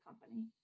company